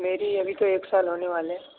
میری ابھی تو ایک سال ہونے والے ہیں